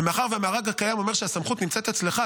ומאחר שהמארג הקיים אומר שהסמכות נמצאת אצלך,